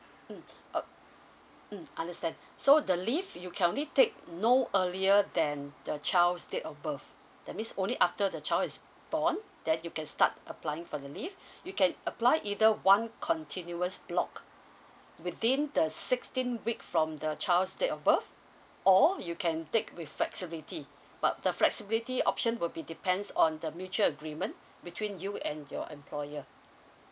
mm uh mm understand so the leave you can only take no earlier than the child state of birth that means only after the child is born then you can start applying for the leave you can apply either one continuous block within the sixteen week from the child's state of birth or you can take with flexibility but the flexibility option will be depends on the mutual agreement between you and your employer